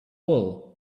wool